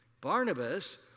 Barnabas